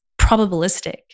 probabilistic